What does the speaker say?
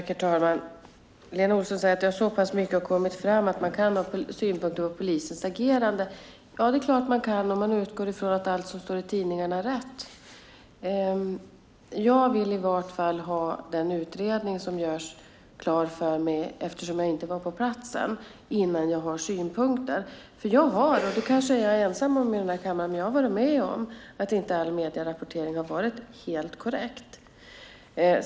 Herr talman! Lena Olsson säger att så pass mycket har kommit fram att man kan ha synpunkter på polisens agerande. Det är klart att man kan, om man utgår från att allt som står i tidningarna är rätt. Jag vill i vart fall ha den utredning som görs klar för mig innan jag har synpunkter eftersom jag inte var på platsen. Jag har nämligen, och det kanske jag är ensam om i den här kammaren, varit med om att inte all medierapportering har varit helt korrekt.